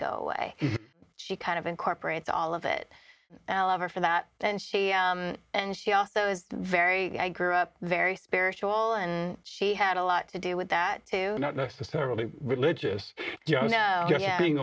go away she kind of incorporates all of it over for that and she and she also is very i grew up very spiritual and she had a lot to do with that too not necessarily religious you know being